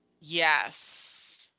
Yes